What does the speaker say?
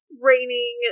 raining